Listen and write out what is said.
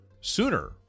sooner